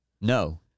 No